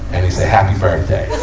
and he said, happy birthday.